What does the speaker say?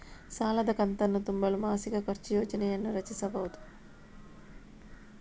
ಸಾಲದ ಕಂತನ್ನು ತುಂಬಲು ಮಾಸಿಕ ಖರ್ಚು ಯೋಜನೆಯನ್ನು ರಚಿಸಿಬಹುದು